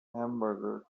hamburger